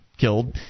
killed